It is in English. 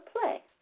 play